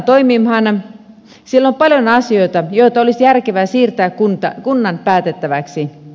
siellä on paljon asioita joita olisi järkevä siirtää kunnan päätettäväksi